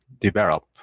develop